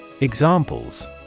Examples